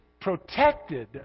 protected